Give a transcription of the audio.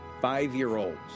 five-year-olds